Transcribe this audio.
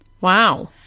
Wow